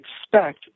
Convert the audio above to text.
expect